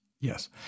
Yes